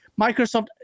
Microsoft